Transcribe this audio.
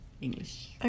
English